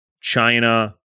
China